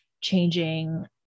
changing